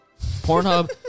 Pornhub